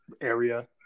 area